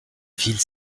ville